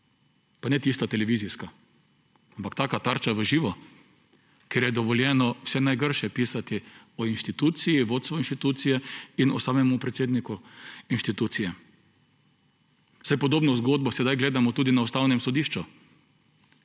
Pa ne tista televizijska, ampak tarča v živo, ker je dovoljeno vse najgrše pisati o inštituciji, vodstvu inštitucije in o samem predsedniku inštitucije. Saj podobno zgodbo sedaj gledamo tudi na Ustavnem sodišču